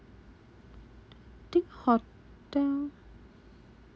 did hotel